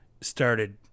started